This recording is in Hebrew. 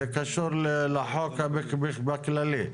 זה קשור לחוק בכללי.